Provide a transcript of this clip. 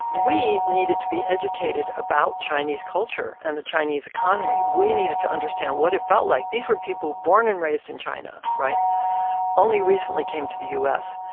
we needed to be educated about chinese culture and the chinese economy. we needed to understand what it felt like. these were people born and raised in china, right? they only recently came to the u s,